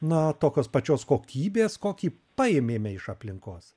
na tokios pačios kokybės kokį paėmėme iš aplinkos